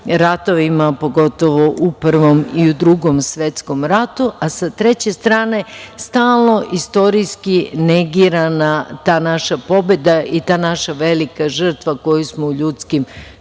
ratovima, pogotovo u Prvom i u Drugom svetskom ratu, a sa treće strane stalno istorijski negirana ta naša pobeda i ta naša velika žrtva koju smo u ljudskim